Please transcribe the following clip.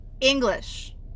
english